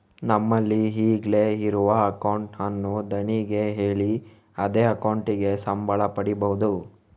ನಮ್ಮಲ್ಲಿ ಈಗ್ಲೇ ಇರುವ ಅಕೌಂಟ್ ಅನ್ನು ಧಣಿಗೆ ಹೇಳಿ ಅದೇ ಅಕೌಂಟಿಗೆ ಸಂಬಳ ಪಡೀಬಹುದು